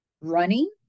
running